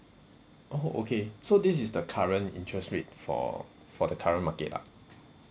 oh okay so this is the current interest rate for for the current market ah